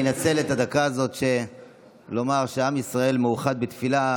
אני אנצל את הדקה הזאת שעם ישראל מאוחד בתפילה,